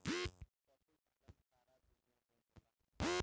पशुपालन सारा दुनिया में होला